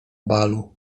balu